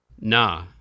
Nah